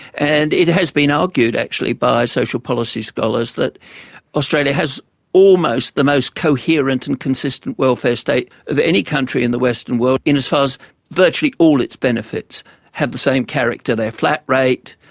and it has been argued, actually, by social policy scholars that australia has almost the most coherent and consistent welfare state of any country in the western world in as far as virtually all its benefits have the same character they're flat rate,